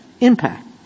impact